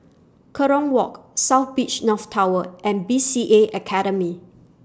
Kerong Walk South Beach North Tower and B C A Academy